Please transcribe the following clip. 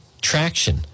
traction